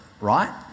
right